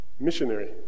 Missionary